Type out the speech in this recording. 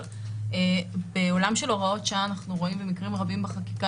אבל בעולם של הוראות שעה אנחנו רואים במקרים רבים בחקיקה